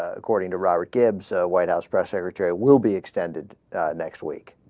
according to robert gibbs ah. white house press secretary will be extended next week